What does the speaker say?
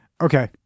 Okay